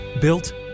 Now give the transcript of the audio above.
Built